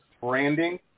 branding